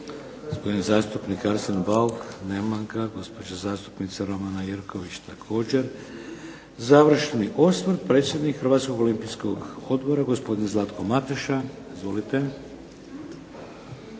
Gospodin zastupnik Arsen Bauk. Nema ga. Gospođa zastupnica Romana Jerković, također. Završni osvrt, predsjednik Hrvatski olimpijski odbora gospodin Zlatko Mateša. Izvolite.